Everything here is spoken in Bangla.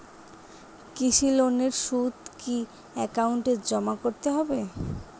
কৃষি লোনের সুদ কি একাউন্টে জমা করতে হবে?